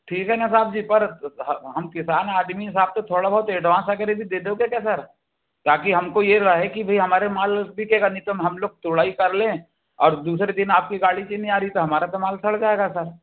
ठीक है न साहब जी पर हम किसान आदमी है साब तो थोड़ा बहुत एडवांस वगैरह भी दे दोगे क्या सर ताकि हमको ये रहे की भाई हमारे माल बिकेगा नहीं तो हम लोग थोड़ा ही कर लें और दूसरे दिन आपकी गाड़ी भी नही आ रही तो हमारा माल तो सड़ जाएगा सर